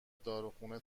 داروخونه